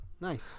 Nice